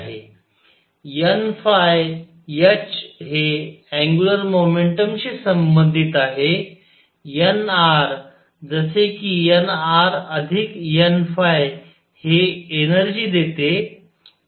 n phi h हे angular momentum शी संबंधित आहे आणि nr जसे की nr अधिक n phi हे एनर्जी देते